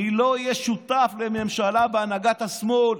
אני לא אהיה שותף לממשלה בהנהגת השמאל,